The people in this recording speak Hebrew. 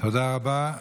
תודה רבה.